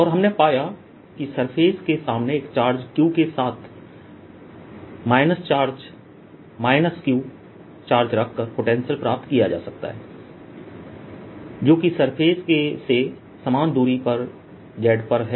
और हमने पाया कि सरफेस के सामने एक चार्ज q के साथ माइनस चार्ज q चार्ज रखकर पोटेंशियल प्राप्त किया जा सकता है जो कि सरफेस से समान दूरी पर Z पर है